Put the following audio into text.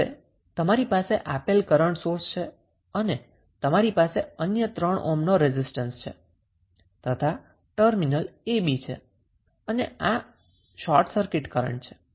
હવે તમારી પાસે આપેલ કરન્ટ સોર્સ છે અને તમારી પાસે અન્ય 3 ઓહ્મના રેઝિસ્ટન્સ તથા ટર્મિનલal a b છે અને આ શોર્ટ સર્કિટ કરન્ટ છે